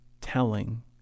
telling